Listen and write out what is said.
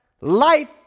life